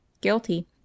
Guilty